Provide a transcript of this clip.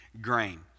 grain